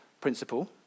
principle